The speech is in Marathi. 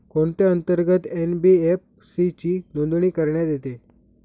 कोणत्या अंतर्गत एन.बी.एफ.सी ची नोंदणी करण्यात येते?